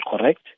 correct